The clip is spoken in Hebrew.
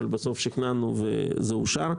בסוף שכנענו וזה אושר.